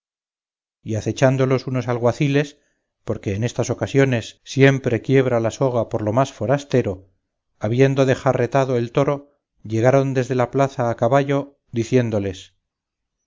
y acechándolos unos alguaciles porque en estas ocasiones siempre quiebra la soga por lo más forastero habiendo dejarretado el toro llegaron desde la plaza a caballo diciéndoles